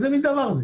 אתה יכול להסביר לי?